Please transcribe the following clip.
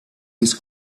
his